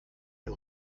ihr